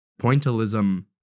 pointillism